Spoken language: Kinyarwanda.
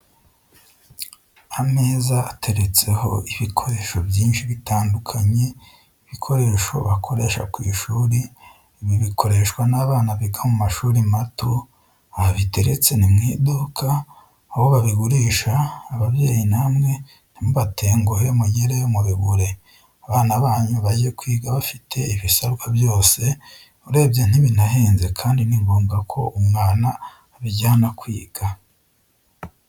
Ameza ateretseho ibikoresho byinshi bitandukanye, ibikoresho bakoresha ku ishuri, ibi bikoreshwa n'abana biga mu mashuri mato, aha biteretse ni mu iduka, aho babigurisha ababyeyi namwe ntimubatenguhe muregeyo mubigure, abana banyu bajye kwiga bafite ibisabwa byose, urebye ntibinahenze kandi ni ngombwa ko umwana abijyana kwiga.